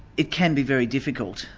it can be very difficult,